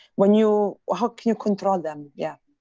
when you, how can you control them, yeah?